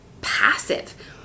passive